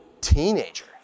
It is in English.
teenager